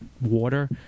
water